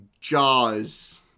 Jaws